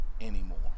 anymore